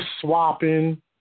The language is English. swapping